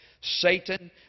Satan